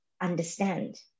understand